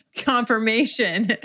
confirmation